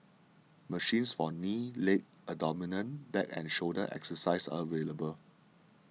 machines for knee leg abdomen back and shoulder exercises are available